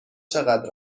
چقدر